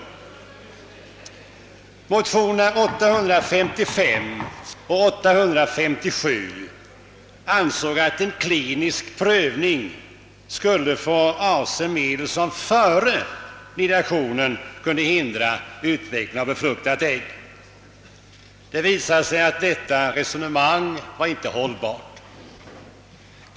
I motionerna II: 855 och II:857 uttalas att en klinisk prövning skulle få avse medel som före nidationen kunde förhindra utvecklingen av befruktat ägg. Det visade sig att detta resonemang inte var hållbart.